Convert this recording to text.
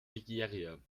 nigeria